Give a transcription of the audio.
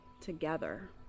together